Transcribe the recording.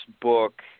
book